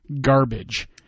garbage